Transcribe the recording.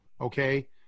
okay